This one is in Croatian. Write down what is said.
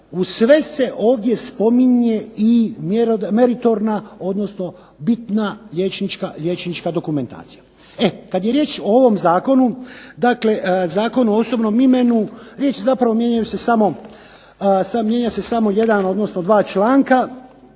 Uz sve se ovdje spominje i meritorna, odnosno bitna liječnička dokumentacija. E, kad je riječ o ovom zakonu, dakle Zakonu o osobnom imenu riječ je zapravo, mijenja se samo jedan odnosno dva članka.